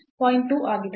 2 ಆಗಿದೆ